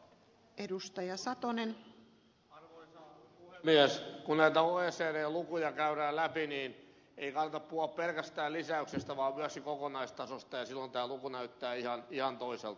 kun näitä oecd lukuja käydään läpi ei kannata puhua pelkästään lisäyksestä vaan myös kokonaistasosta ja silloin tämä luku näyttää ihan toiselta